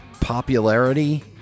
popularity